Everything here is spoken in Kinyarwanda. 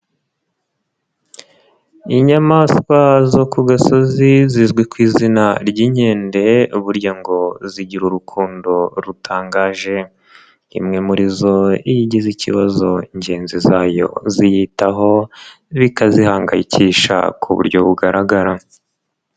Ni inyamaswa zo ku gasozi zizwi k ku izina ry'inkende burya ngo zigira urukundo rutangaje. Imwe muri zo iyo igize ikibazo ngenzi zayo ziyitaho, bikazihangayikisha ku buryo bugaragara.